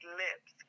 lips